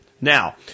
Now